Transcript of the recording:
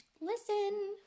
listen